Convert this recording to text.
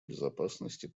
безопасности